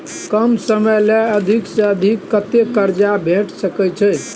कम समय ले अधिक से अधिक कत्ते कर्जा भेट सकै छै?